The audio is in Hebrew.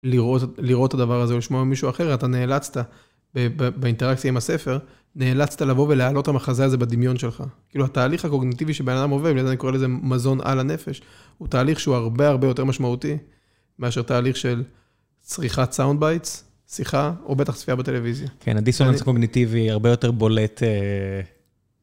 לראות את הדבר הזה או לשמוע ממישהו אחר, אתה נאלצת באינטראקציה עם הספר, נאלצת לבוא ולהעלות המחזה הזה בדמיון שלך. כאילו התהליך הקוגניטיבי שבנאדם עובר , אני קורא לזה מזון על הנפש, הוא תהליך שהוא הרבה הרבה יותר משמעותי, מאשר תהליך של צריכת סאונד בייטס, שיחה או בטח צפייה בטלוויזיה. כן, הדיסוננס הקוגניטיבי הרבה יותר בולט.